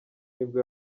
nibwo